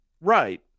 Right